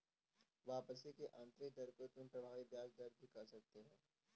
वापसी की आंतरिक दर को तुम प्रभावी ब्याज दर भी कह सकते हो